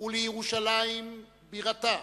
ולירושלים בירתה,